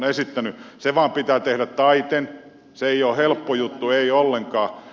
se vain pitää tehdä taiten se ei ole helppo juttu ei ollenkaan